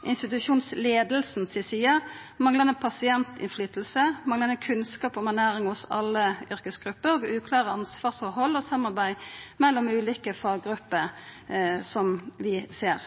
si side, manglande påverknad frå pasientar, manglande kunnskap om ernæring hos alle yrkesgrupper og uklare ansvarsforhold og samarbeid mellom ulike faggrupper, som vi ser.